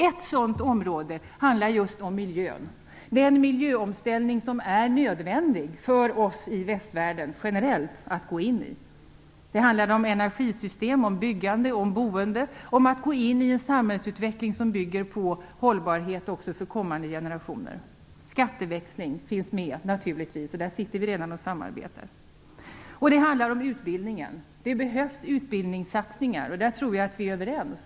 Ett sådant område är just miljön, den miljöomställning som det är nödvändigt för oss i västvärlden generellt att gå in i. Det handlar om energisystem, om byggande, om boende, om att gå in i en samhällsutveckling som bygger på hållbarhet också för kommande generationer. Skatteväxling finns naturligtvis med. Där samarbetar vi redan. Det handlar om utbildningen. Det behövs utbildningssatsningar, och där tror jag att vi är överens.